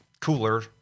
cooler